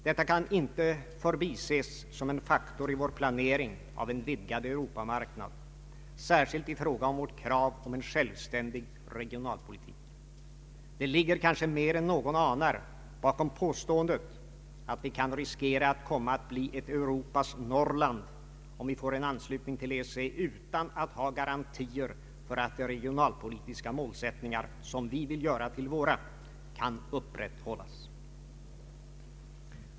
Detta kan inte förbises som en faktor i vår planering av en vidgad Europamarknad, särskilt i fråga om vårt krav på en självständig regionalpolitik. Det ligger kanske mer än någon anar bakom påståendet att vi kan riskera att bli ett Europas Norrland, om vi får en anslutning till EEC utan att ha garantier för att de regionalpolitiska målsättningar som vi vill göra till våra kan upprätthållas.